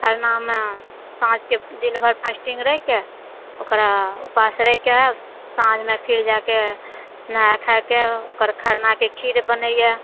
खरनामे साँझकेँ दिन भरि फास्टिङ्ग रहिके ओकरा उपास रहिके साँझमे फेर जाकऽ नहाए खाएकऽ ओकर खरनाके खीर बनैए